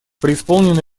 преисполнена